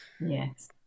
Yes